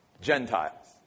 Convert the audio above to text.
Gentiles